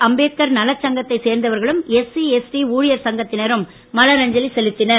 அம்பேத்கர் நலச்சங்கத்தை சேர்ந்தவர்களும் SC ST ஊழியர் சங்கத்தினரும் மலரஞ்சலி செலுத்தினர்